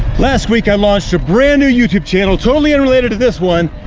last week i launched a brand new youtube channel, totally unrelated to this one.